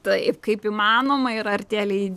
taip kaip įmanoma ir ar tie lei